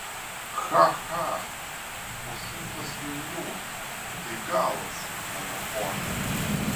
cha cha po šimtas velnių tai galas mano pone